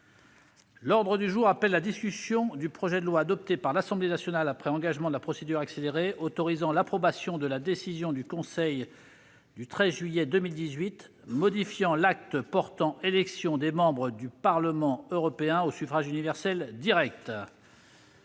L'ordre du jour appelle la discussion du projet de loi, adopté par l'Assemblée nationale après engagement de la procédure accélérée, autorisant l'approbation de la décision (UE, EURATOM) 2018/994 du Conseil du 13 juillet 2018 modifiant l'acte portant élection des membres du Parlement européen au suffrage universel direct